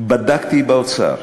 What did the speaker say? בדקתי באוצר,